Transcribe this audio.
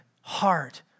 heart